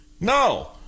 No